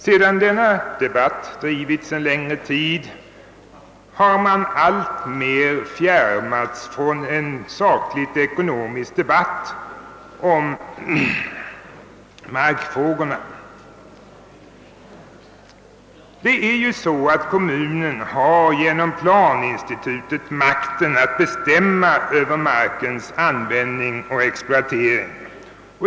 Sedan denna debatt förts en längre tid har den alltmer fjärmats från att vara en saklig ekonomisk diskussion om markfrågorna. Kommunerna har ju genom planinstitutet makten att bestämma över markens användning och exploatering.